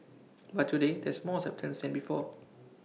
but today there's more acceptance than before